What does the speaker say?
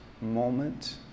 moment